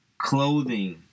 clothing